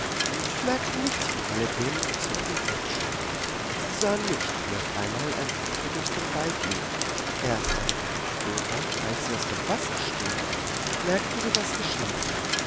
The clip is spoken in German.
und merkten nichts von allem was am ufer geschah sie sahen nicht wie auf einmal ein bube durch den wald lief erst eine weile später als sie aus dem wasser stiegen merkten sie was geschehen war